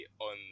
on